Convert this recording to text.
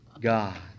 God